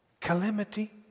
calamity